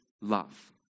love